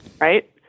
Right